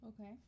Okay